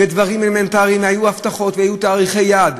ודברים אלמנטריים, והיו הבטחות והיו תאריכי יעד.